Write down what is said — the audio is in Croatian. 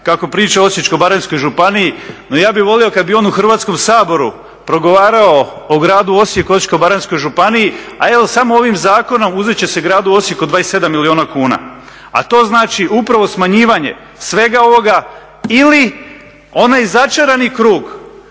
kako priča o Osječko-baranjskoj županiji, no ja bih volio kada bi on u Hrvatskom saboru progovarao o gradu Osijeku o Osječko-baranjskoj županiji, a evo samo ovim zakonom uzet će gradu Osijeku 27 milijuna kuna, a to znači upravo smanjivanje svega ovoga ili onaj začarani krug